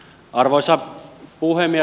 arvoisa puhemies